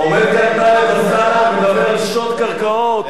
עומד כאן טלב אלסאנע ומדבר על שוד קרקעות.